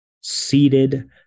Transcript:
seated